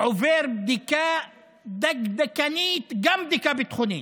עובר בדיקה דקדקנית, גם בדיקה ביטחונית.